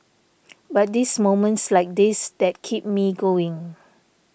but this moments like this that keep me going